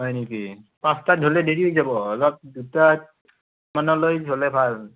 হয় নেকি পাঁচটাত হ'লে দেৰি হৈ যাব অলপ দুটাত মানলৈ হ'লে ভাল